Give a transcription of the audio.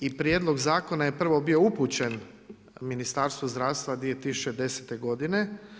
I prijedlog zakona je prvo bio upućen Ministarstvu zdravstva 2010. godine.